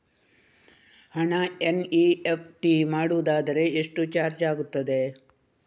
ಹಣ ಎನ್.ಇ.ಎಫ್.ಟಿ ಮಾಡುವುದಾದರೆ ಎಷ್ಟು ಚಾರ್ಜ್ ಆಗುತ್ತದೆ?